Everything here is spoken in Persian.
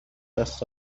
دست